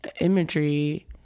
imagery